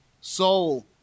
soul